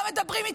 לא מדברים,